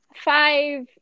five